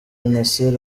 nasser